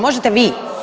Možete vi.